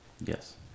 Yes